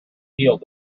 peeled